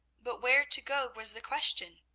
but where to go was the question.